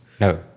no